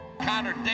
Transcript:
Connor